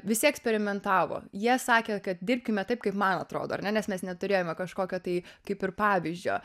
visi eksperimentavo jie sakė kad dirbkime taip kaip man atrodo ar ne nes mes neturėjome kažkokio tai kaip ir pavyzdžio